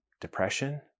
depression